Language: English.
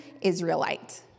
Israelite